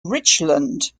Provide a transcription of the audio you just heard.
richland